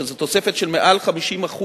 שזאת תוספת של מעל 50%,